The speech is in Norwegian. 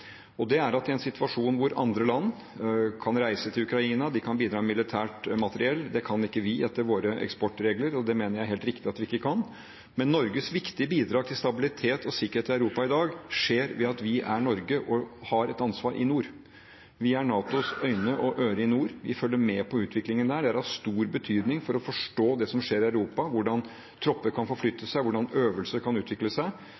er at andre land kan reise til Ukraina, de kan bidra med militært materiell. Det kan ikke vi, etter våre eksportregler, og det mener jeg er helt riktig at vi ikke kan, men Norges viktige bidrag til stabilitet og sikkerhet i Europa i dag skjer ved at vi er Norge og har et ansvar i nord. Vi er NATOs øyne og ører i nord, vi følger med på utviklingen der. Det er av stor betydning for å forstå det som skjer i Europa – hvordan tropper kan forflytte seg,